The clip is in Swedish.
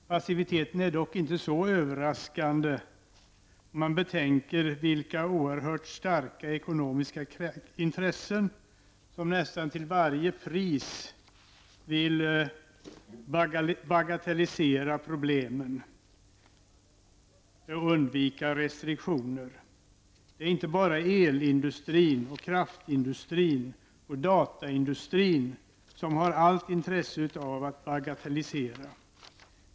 Passiviteten är dock inte så överraskande om man betänker vilka oerhört starka ekonomiska intressen som nästan till varje pris vill bagatellisera problemen och undvika restriktioner. Det är inte bara elindustrin, kraftindustrin och dataindustrin som har allt intresse av att bagatellisera.